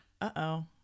Uh-oh